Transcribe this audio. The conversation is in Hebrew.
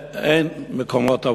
ואין מקומות עבודה.